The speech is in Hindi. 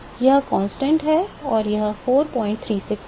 यह कंस्टन्ट है और यह 436 है